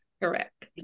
Correct